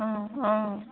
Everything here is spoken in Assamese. অঁ অঁ